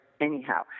anyhow